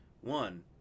one